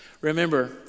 Remember